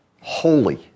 holy